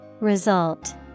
Result